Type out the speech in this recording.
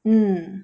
mm